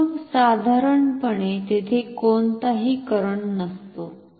तर मग साधारणपणे तेथे कोणताही करंट नसतो